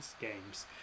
games